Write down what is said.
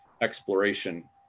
exploration